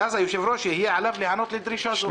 ואז היושב-ראש יהיה עליו להיענות לדרישה זו.